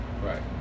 Right